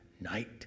night